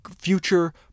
future